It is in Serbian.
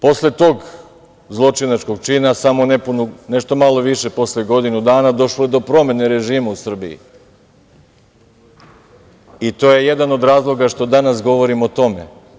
Posle tog zločinačkog čina, samo nešto malo više posle godinu dana došlo je do promene režima u Srbiji i to je jedan od razloga što danas govorimo o tome.